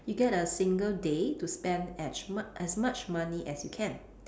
you get a single day to spend as mu~ as much money as you can